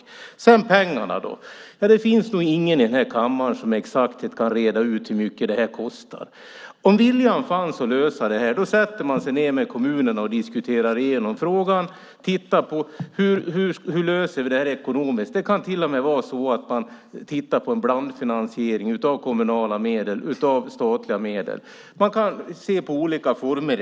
När det gäller pengarna finns det nog ingen i den här kammaren som med exakthet kan reda ut hur mycket det här kostar. Om viljan fanns att lösa det här satte man sig ned med kommunerna och diskuterade igenom frågan och tittade på hur man löser det ekonomiskt. Man kan till och med titta på en blandfinansiering med kommunala och statliga medel. Man kan se på olika former.